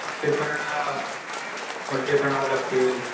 खड्डे खणायला खड्डे खणावे लागतील